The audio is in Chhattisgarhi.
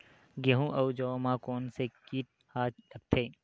गेहूं अउ जौ मा कोन से कीट हा लगथे?